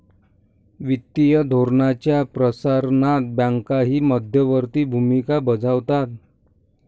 वित्तीय धोरणाच्या प्रसारणात बँकाही मध्यवर्ती भूमिका बजावतात